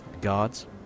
guards